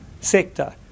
sector